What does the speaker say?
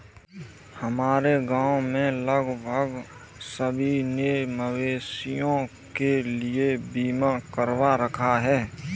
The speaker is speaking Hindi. हमारे गांव में लगभग सभी ने मवेशियों के लिए बीमा करवा रखा है